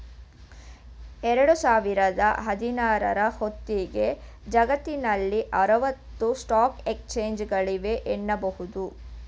ಎರಡು ಸಾವಿರದ ಹದಿನಾರ ರ ಹೊತ್ತಿಗೆ ಜಗತ್ತಿನಲ್ಲಿ ಆರವತ್ತು ಸ್ಟಾಕ್ ಎಕ್ಸ್ಚೇಂಜ್ಗಳಿವೆ ಎನ್ನುಬಹುದು